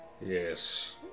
Yes